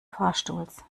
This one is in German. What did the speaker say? fahrstuhls